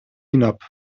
hinab